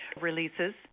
releases